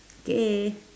k